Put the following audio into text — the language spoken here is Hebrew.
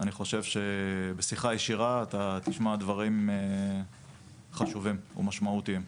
אני חושב שבשיחה ישירה אתה תשמע דברים חשובים ומשמעותיים.